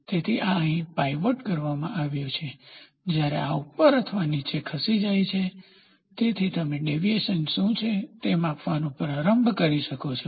તેથી આ અહીં પાઇવોટ આવ્યું છે જ્યારે આ ઉપર અથવા નીચે ખસી જાય છે તેથી તમે ડેવીએશન શું છે તે માપવાનું પ્રારંભ કરી શકો છો